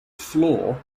floor